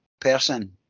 person